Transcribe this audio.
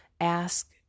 ask